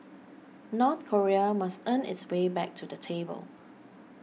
North Korea must earn its way back to the table